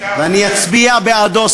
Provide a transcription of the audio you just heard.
ואני אצביע בעדו.